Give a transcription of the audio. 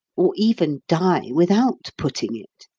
or even die without putting it.